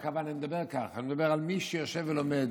אני מדבר על מי שיושב ולומד